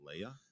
Leia